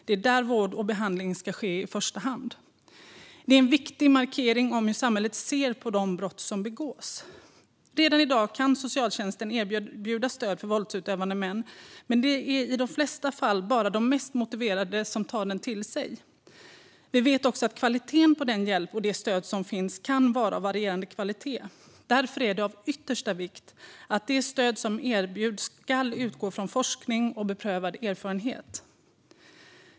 Det är där vård och behandling i första hand ska ske. Det är en viktig markering om hur samhället ser på de brott som begås. Redan i dag kan socialtjänsten erbjuda stöd till våldsutövande män, men det är i de flesta fall bara de mest motiverade som tar det till sig. Vi vet också att kvaliteten på den hjälp och det stöd som finns kan variera. Därför är det av yttersta vikt att det stöd som erbjuds ska utgå från forskning och beprövad erfarenhet.